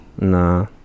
nah